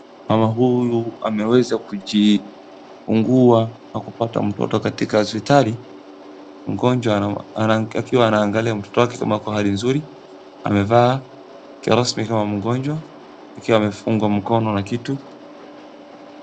Mama huyu ameweza kujifungua na kupata mtoto katika hospitali mgonjwa akiwa anaangalia mtoto wake kama kwa hali nzuri amevaa kirasmi kama mgonjwa akiwa amefungwa mkono na kitu